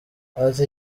ati